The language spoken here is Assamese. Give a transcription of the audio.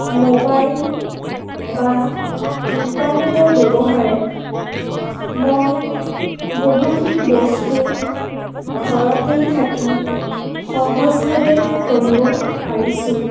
ম'বাইল বা ইণ্টাৰনেটৰ ব্য়ৱহাৰে মই বহুখিনি বস্তু ঘৰতেই থাকি সহজভাৱে কৰিব পাৰিছোঁ